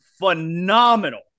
phenomenal